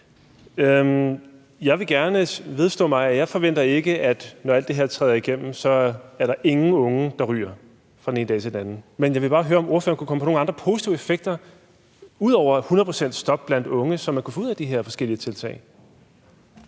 Jeg vil gerne vedstå, at jeg ikke forventer, at når alt det her træder i kraft, så er der ingen unge, der ryger – sådan fra den ene dag til den anden. Men jeg vil bare høre, om ordføreren kunne komme på nogle andre positive effekter ud over et 100-procentsstop blandt unge, som kunne komme ud af de her forskellige tiltag.